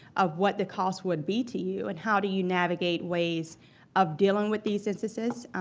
of what the cost would be to you, and how do you navigate ways of dealing with these instances,